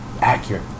accurate